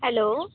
hello